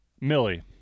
Millie